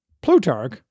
Plutarch